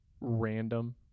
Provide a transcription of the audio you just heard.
random